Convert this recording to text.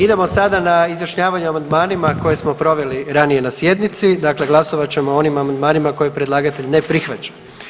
Idemo sada na izjašnjavanje o amandmanima koje smo proveli ranije na sjednici, dakle glasovat ćemo o onim amandmanima koje predlagatelj ne prihvaća.